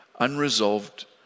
unresolved